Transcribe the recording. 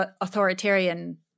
authoritarian